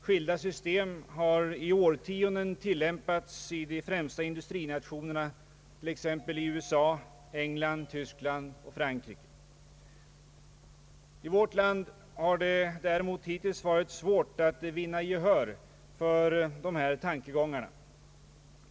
Skilda system har under årtionden tillämpats i de flesta industrinationerna, t.ex. USA, England, Tyskland och Frankrike. I vårt land har det däremot hittills varit svårt att vinna gehör för dessa tankegångar.